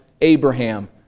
Abraham